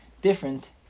Different